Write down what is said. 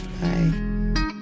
Bye